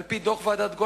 על-פי דוח ועדת-גולדברג,